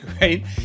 right